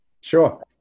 Sure